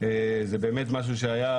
זה באמת משהו שהיה,